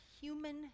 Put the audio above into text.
human